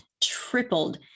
tripled